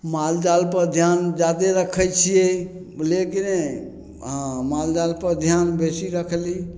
माल जालपर ध्यान जादे रखय छियै बुझलियै कि नहि हँ माल जालपर ध्यान बेसी रखली